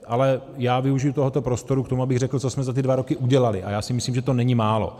Ale já využiju tohoto prostoru, abych řekl, co jsme za ty dva roky udělali, a já si myslím, že to není málo.